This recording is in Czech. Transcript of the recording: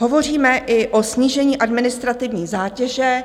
Hovoříme i o snížení administrativní zátěže.